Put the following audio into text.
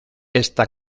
esta